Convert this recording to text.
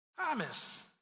Thomas